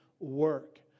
Work